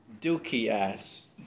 dookie-ass